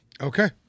Okay